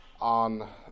on